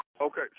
Okay